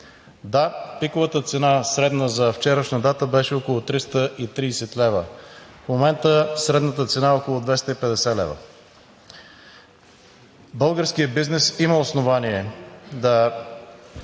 Да, пиковата цена – средната за вчерашна дата, беше около 330 лв. В момента средната цена е около 250 лв. Българският бизнес има основание да